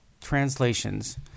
translations